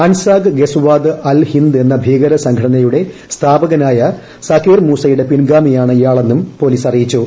അൻസാർ ഗസ്വാദ് അൽ ഹിന്ദ് എന്ന ഭീകരസംഘടനയുടെ സ്ഥാപകനായ സാകിർ മൂസയുടെ പിൻഗാമിയാണ് ഇയാളെന്നും പൊലീസ് അറിയിച്ചു